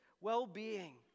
well-being